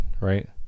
right